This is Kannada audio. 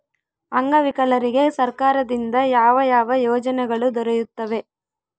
ಅಂಗವಿಕಲರಿಗೆ ಸರ್ಕಾರದಿಂದ ಯಾವ ಯಾವ ಯೋಜನೆಗಳು ದೊರೆಯುತ್ತವೆ?